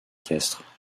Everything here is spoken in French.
équestre